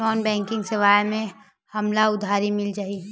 Non banking सेवाएं से हमला उधारी मिल जाहि?